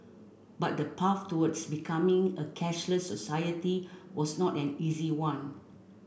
but the path towards becoming a cashless society was not an easy one